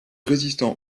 résistant